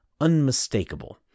unmistakable